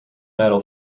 metal